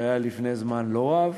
שהיה לפני זמן לא רב,